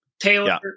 Taylor